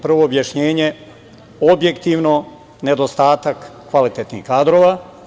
Prvo objašnjenje - objektivno nedostatak kvalitetnih kadrova.